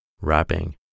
Wrapping